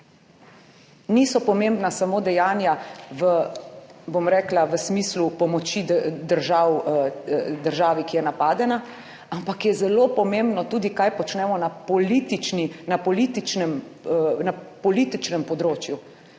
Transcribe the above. niso pomembna samo dejanja v, bom rekla, v smislu pomoči državi, ki je napadena, ampak je zelo pomembno tudi kaj počnemo na politični, na